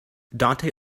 dante